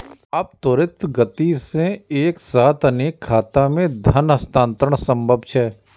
आब त्वरित गति सं एक साथ अनेक खाता मे धन हस्तांतरण संभव छै